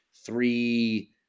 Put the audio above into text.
three